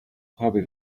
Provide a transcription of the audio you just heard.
happy